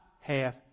half